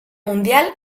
mundial